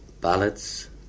ballads